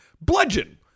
bludgeon